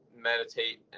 meditate